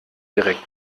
direkt